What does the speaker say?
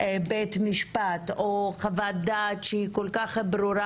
בית משפט או חוות דעת שהיא כל כך ברורה,